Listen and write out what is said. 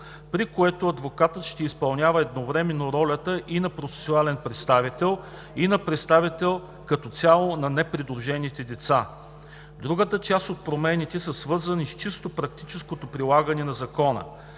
при което адвокатът ще изпълнява едновременно ролята и на процесуален представител, и на представител като цяло на непридружените деца. Другата част от промените са свързани с чисто практическото прилагане на Закона.